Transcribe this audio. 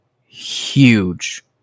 huge